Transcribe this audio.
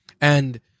And-